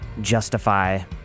Justify